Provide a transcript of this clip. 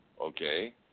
Okay